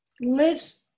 lives